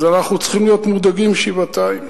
אז אנחנו צריכים להיות מודאגים שבעתיים.